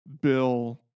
Bill